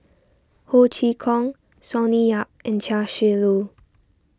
Ho Chee Kong Sonny Yap and Chia Shi Lu